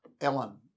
Ellen